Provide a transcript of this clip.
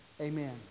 Amen